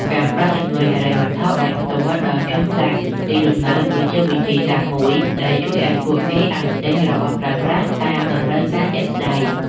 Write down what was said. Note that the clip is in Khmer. ការផ្តល់ជំនួយហិរញ្ញវត្ថុដោយផ្ទាល់ដល់ជនផ្លាស់ទីលំនៅគឺជាវិធីសាស្ត្រមួយដែលជួយឱ្យពួកគេអាចទិញរបស់ប្រើប្រាស់តាមតម្រូវការជាក់ស្តែង។